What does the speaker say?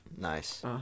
Nice